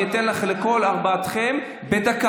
אני אתן לכל ארבעתכם בדקה,